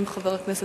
אם היה חבר הכנסת